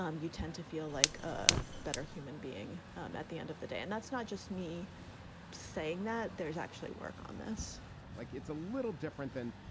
um you tend to feel like a better human being um at the end of the day. and that's not just me saying that there is actually work on this like it's a little different than,